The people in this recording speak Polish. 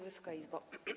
Wysoka Izbo!